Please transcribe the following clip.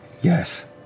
Yes